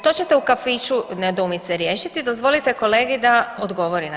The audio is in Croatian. To ćete u kafiću nedoumice riješiti, dozvolite kolegi da odgovori